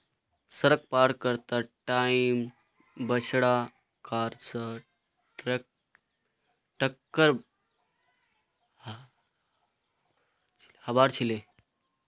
सड़क पार कर त टाइम बछड़ा कार स टककर हबार छिले